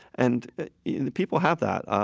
and the people have that.